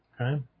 Okay